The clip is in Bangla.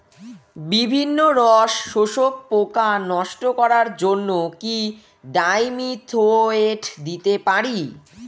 বিভিন্ন রস শোষক পোকা নষ্ট করার জন্য কি ডাইমিথোয়েট দিতে পারি?